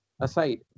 aside